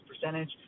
percentage